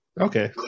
Okay